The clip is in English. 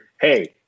Hey